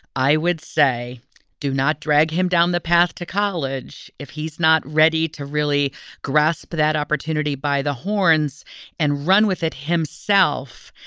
i would say do not drag him down the path to college if he's not ready to really grasp that opportunity by the horns and run with it himself.